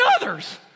others